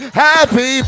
happy